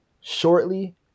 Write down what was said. shortly